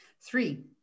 Three